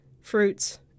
fruits